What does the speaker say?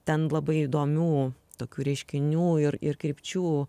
ten labai įdomių tokių reiškinių ir ir krypčių